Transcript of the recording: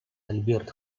альберт